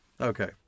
okay